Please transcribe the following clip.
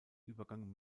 übergang